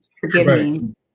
Forgiving